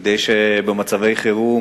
כדי שבמצבי חירום,